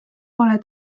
pole